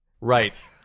Right